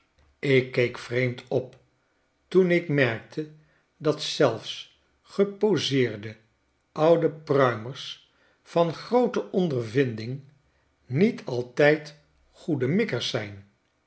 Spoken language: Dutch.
ik keek vreemd op toen ik merkte dat zelfs geposeerde oude pruimers van groote ondervinding niet altijd goede mikkers zijn